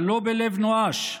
אבל לא בלב נואש,